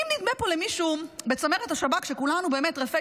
אם נדמה פה למישהו בצמרת השב"כ שכולנו באמת רפי